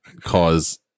cause